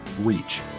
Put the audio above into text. reach